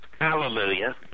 Hallelujah